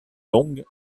long